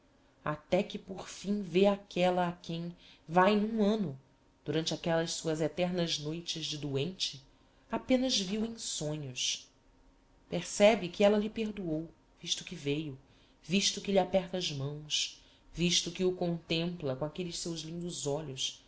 até que por fim vê aquella a quem vae n'um anno durante aquellas suas eternas noites de doente apenas viu em sonhos percebe que ella lhe perdoou visto que veiu visto que lhe aperta as mãos visto que o contempla com aquelles seus lindos olhos